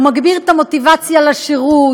הוא מגביר את המוטיבציה לשירות,